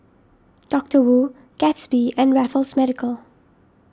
Doctor Wu Gatsby and Raffles Medical